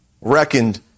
reckoned